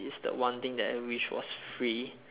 it's the one thing that I wished was free